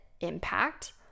impact